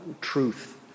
truth